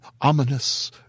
ominous